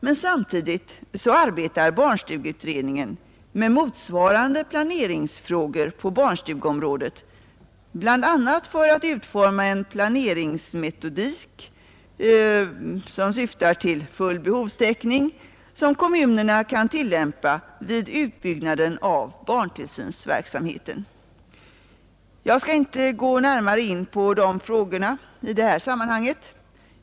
Men samtidigt arbetar barnstugeutredningen med motsvarande planeringsfrågor på barnstugeområdet, bl.a. för att utforma en planeringsmetodik som syftar till full behovstäckning och som kommunerna kan tillämpa vid utbyggnaden av barntillsynsverksamheten, Jag skall inte gå närmare in på de frågorna i detta sammanhang.